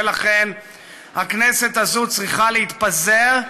ולכן הכנסת הזאת צריכה להתפזר,